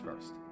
first